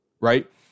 right